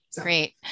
Great